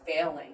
failing